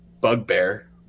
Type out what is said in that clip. bugbear